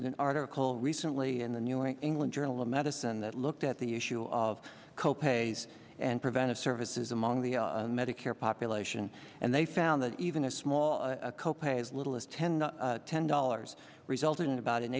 an article recently in the new england journal of medicine that looked at the issue of co pays and preventive services among the medicare population and they found that even a small co pay as little as ten or ten dollars resulting in about an